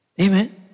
Amen